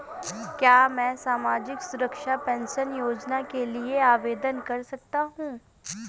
क्या मैं सामाजिक सुरक्षा पेंशन योजना के लिए आवेदन कर सकता हूँ?